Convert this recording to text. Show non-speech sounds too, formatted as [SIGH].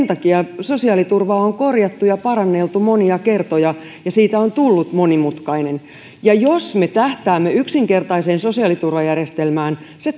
[UNINTELLIGIBLE] takia sosiaaliturvaa on korjattu ja paranneltu monia kertoja ja siitä on tullut monimutkainen jos me tähtäämme yksinkertaiseen sosiaaliturvajärjestelmään se [UNINTELLIGIBLE]